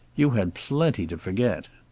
you had plenty to forget.